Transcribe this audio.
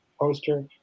poster